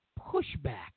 pushback